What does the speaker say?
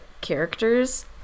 characters